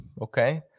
Okay